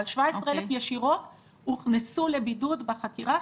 17,000, ישירות הוכנסו לבידוד בחקירה.